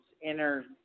inner